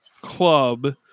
club